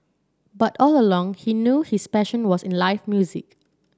but all along he knew his passion was in life music